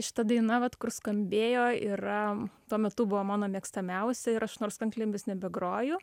šita daina vat kur skambėjo yra tuo metu buvo mano mėgstamiausia ir aš nors kanklėmis nebegroju